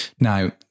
Now